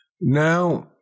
Now